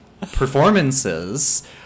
performances